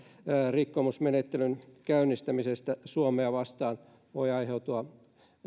rikkomusmenettelyn käynnistämisestä suomea vastaan voi aiheutua